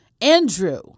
Andrew